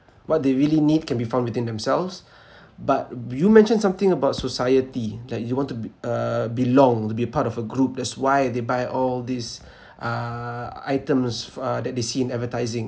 what they really need can be found within themselves but you mentioned something about society like they want to b~ uh belong to be a part of a group that's why they buy all these uh items f~ that they see in advertising